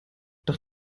doch